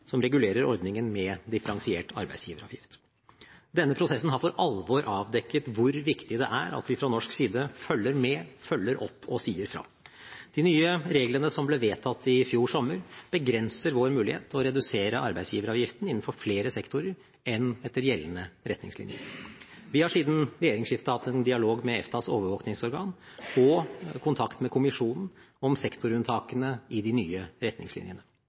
som regulerer ordningen med differensiert arbeidsgiveravgift. Denne prosessen har for alvor avdekket hvor viktig det er at vi fra norsk side følger med, følger opp og sier fra. De nye reglene, som ble vedtatt i fjor sommer, begrenser vår mulighet til å redusere arbeidsgiveravgiften innenfor flere sektorer enn etter gjeldende retningslinjer. Vi har siden regjeringsskiftet hatt en dialog med EFTAs overvåkingsorgan og kontakt med kommisjonen om sektorunntakene i de nye retningslinjene.